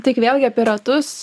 tik vėlgi apie ratus